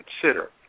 consider